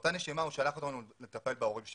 באותה נשימה הוא שלח אותנו לטפל בהורים שלנו.